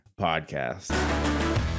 podcast